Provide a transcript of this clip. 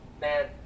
man